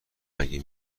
اگه